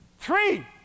Three